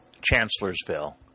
Chancellorsville